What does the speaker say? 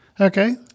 Okay